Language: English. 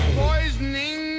poisoning